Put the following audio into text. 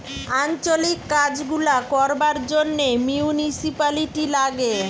আঞ্চলিক কাজ গুলা করবার জন্যে মিউনিসিপালিটি লাগে